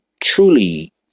truly